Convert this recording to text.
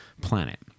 planet